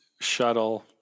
shuttle